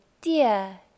dear